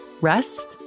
rest